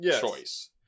choice